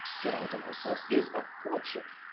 said i to myself, is a fortune!